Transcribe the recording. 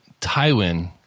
Tywin